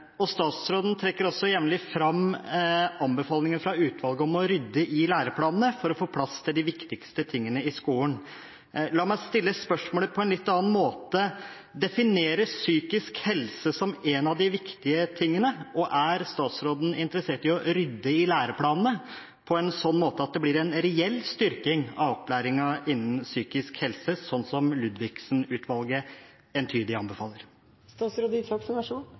Statsråden trekker også jevnlig fram anbefalinger fra utvalget om å rydde i læreplanene for å få plass til de viktigste tingene i skolen. La meg stille spørsmålet på en litt annen måte: Defineres psykisk helse som en av de viktige tingene, og er statsråden interessert i å rydde i læreplanene på en slik måte at det blir en reell styrking av opplæringen innen psykisk helse, slik som